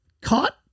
caught